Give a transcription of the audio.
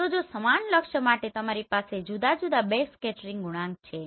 તો જો સમાન લક્ષ્ય માટે તમારી પાસે જુદા જુદા બેકસ્કેટરિંગ ગુણાંક છે